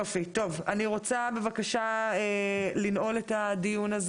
אני רוצה לנעול את הדיון.